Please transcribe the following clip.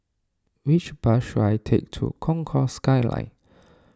which bus should I take to Concourse Skyline